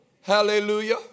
Hallelujah